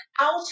out